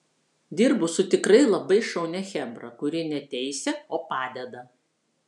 dirbu su tikrai labai šaunia chebra kuri ne teisia o padeda